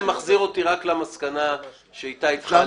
אני חושב